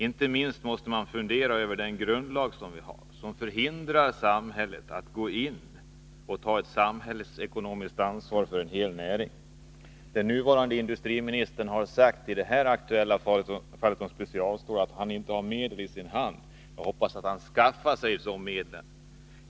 Inte minst måste man fundera över den grundlag vi har, som förhindrar samhället att gå in och ta ett samhällsekonomiskt ansvar för en hel näring. Den nuvarande industriministern har sagt i detta aktuella fall att han inte har medel i sin hand. Jag hoppas att han skaffar sig de medlen.